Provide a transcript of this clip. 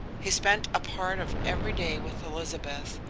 he spent a part of every day with elizabeth,